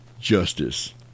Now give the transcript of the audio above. justice